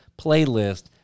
playlist